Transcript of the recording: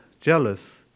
jealous